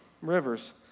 Rivers